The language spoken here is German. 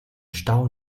stau